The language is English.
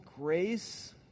grace